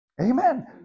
Amen